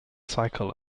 cycle